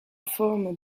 forme